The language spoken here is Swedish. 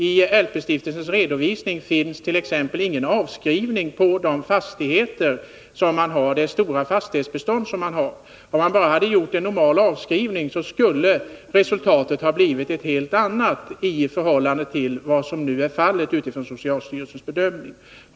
I LP-stiftelsens redovisning finns t.ex. ingen avskrivning för det stora fastighetsbestånd som man har. Om man bara hade gjort en normal avskrivning, skulle resultatet blivit ett helt annat i förhållande till vad som nu är fallet utifrån socialstyrelsens bedömning.